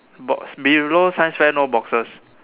box below science fair no boxes